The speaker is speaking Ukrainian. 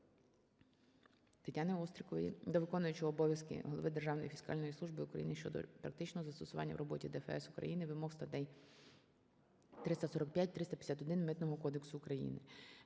ТетяниОстрікової до виконуючого обов'язки Голови Державної фіскальної служби України щодо практичного застосування в роботі ДФС України вимог статей 345-351 Митного кодексу України.